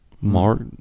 Mark